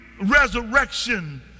resurrection